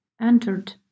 entered